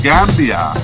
Gambia